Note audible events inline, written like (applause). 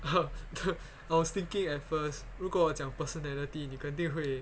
(laughs) I was thinking at first 如果我讲 personality 你肯定会